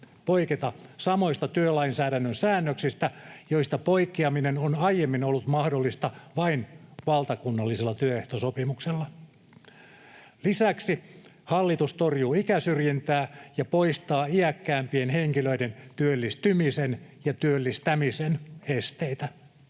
poiketa samoista työlainsäädännön säännöksistä, joista poikkeaminen on aiemmin ollut mahdollista vain valtakunnallisella työehtosopimuksella. Lisäksi hallitus torjuu ikäsyrjintää ja poistaa iäkkäämpien henkilöiden työllistymisen ja työllistämisen esteitä.